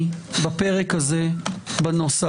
הענייני בפרק הזה בנוסח.